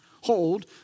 hold